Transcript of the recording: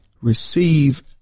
receive